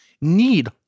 need